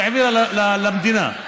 שהעבירה למדינה.